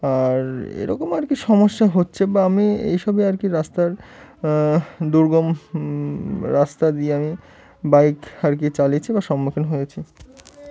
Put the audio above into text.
আর এরকম আর কি সমস্যা হচ্ছে বা আমি এইসবে আর কি রাস্তার দুর্গম রাস্তা দিয়ে আমি বাইক আর কি চালিয়েছি বা সম্মুখীন হয়েছি